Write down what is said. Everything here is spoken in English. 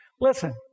listen